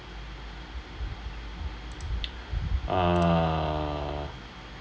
err